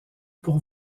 pour